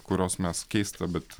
kurios mes keista bet